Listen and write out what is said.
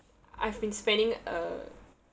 I've been spending uh